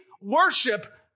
worship